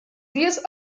dies